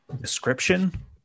description